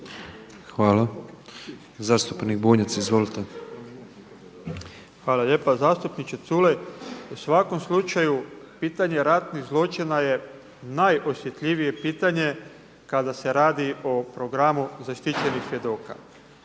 Branimir (Živi zid)** Hvala lijepa. Zastupniče Culej, u svakom slučaju pitanje ratnih zločina je najosjetljivije pitanje kada se radi o programu zaštićenih svjedoka.